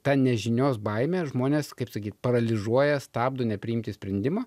ta nežinios baimė žmones kaip sakyt paralyžiuoja stabdo nepriimti sprendimo